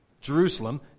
Jerusalem